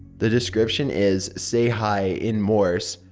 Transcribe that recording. the description is say hi in morse,